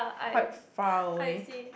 quite far away